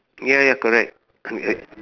ya ya correct